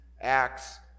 acts